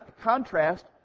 contrast